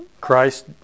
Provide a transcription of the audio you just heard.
Christ